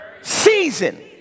season